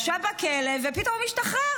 ישב בכלא, ופתאום הוא משתחרר.